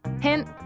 Hint